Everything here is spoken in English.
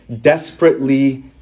desperately